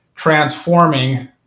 transforming